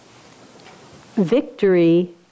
Victory